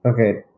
Okay